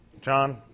John